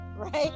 Right